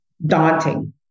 Daunting